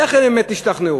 איך הם באמת השתכנעו?